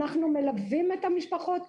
אנחנו מלווים את המשפחות,